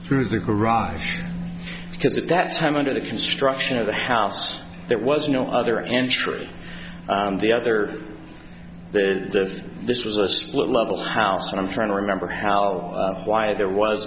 through the garage because at that time under the construction of the house there was no other entry the other the this was a split level house and i'm trying to remember how why there was